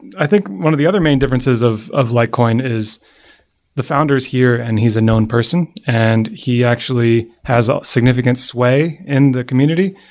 i think one of the other main differences of of litecoin is the founders here and he's unknown person and he actually has a significant sway in the community.